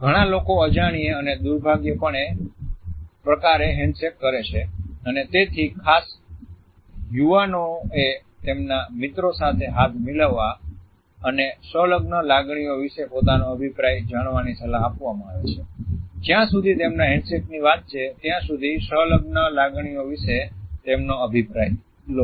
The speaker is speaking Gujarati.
ઘણા લોકો અજાણ્યે અને દુર્ભાગ્યેપણે પ્રકારે હેન્ડશેક કરે છે અને તેથી ખાસ યુવાનોએ તેમના મિત્રો સાથે હાથ મિલાવવા અને સંલગ્ન લાગણીઓ વિશે પોતાનો અભિપ્રાય જાણવાની સલાહ આપવામાં છે જ્યાં સુધી તેમના હેન્ડશેકની વાત છે ત્યાં સુધી સંલગ્ન લાગણીઓ વિશે તેમનો અભિપ્રાય લો